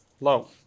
Low